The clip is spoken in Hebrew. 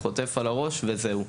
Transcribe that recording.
חוטף על הראש וזהו.